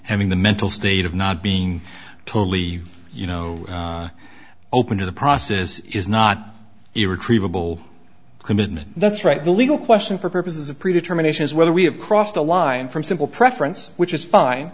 having the mental state of not being totally you know open to the process is not irretrievable commitment that's right the legal question for purposes of pre determination is whether we have crossed a line from simple preference which is fine